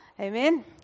Amen